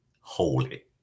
holy